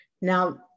Now